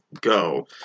go